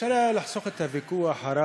ואפשר היה לחסוך את הוויכוח הרב.